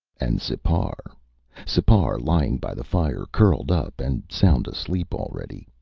and sipar sipar lying by the fire, curled up and sound asleep already.